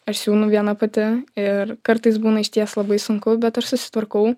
aš siūnu viena pati ir kartais būna išties labai sunku bet aš susitvarkau